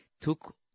took